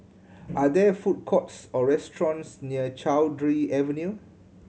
are there food courts or restaurants near Cowdray Avenue